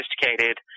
sophisticated